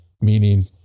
Meaning